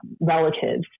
relatives